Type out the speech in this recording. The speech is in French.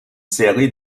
série